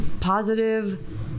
positive